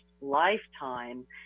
lifetime